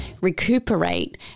recuperate